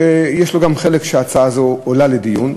שגם לו יש חלק בזה שההצעה הזאת עולה לדיון,